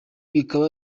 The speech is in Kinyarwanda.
bikaba